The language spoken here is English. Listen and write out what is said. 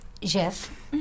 Jeff